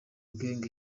gangz